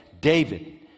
David